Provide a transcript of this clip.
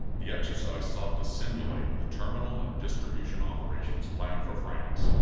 the exercise sought to simulate the terminal and distribution operations planned for france,